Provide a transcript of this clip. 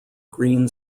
green